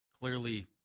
clearly